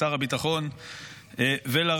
לשר הביטחון ולרמטכ"ל,